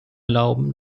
erlauben